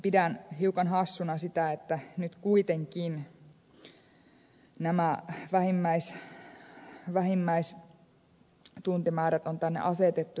pidän hiukan hassuna sitä että nyt kuitenkin nämä vähimmäistuntimäärät on tänne asetettu